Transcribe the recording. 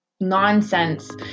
nonsense